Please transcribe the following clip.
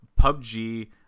PUBG